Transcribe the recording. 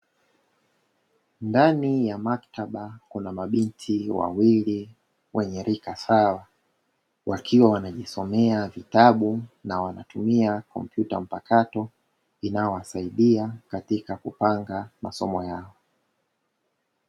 Ndani ya maktaba kuna mabinti wawili wenye rika sawa, wakiwa wanajisomea vitabu na wanatumia kompyuta mpakato, inayowasaidia katika kupanga masomo yao.